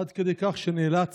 עד כדי כך שנאלץ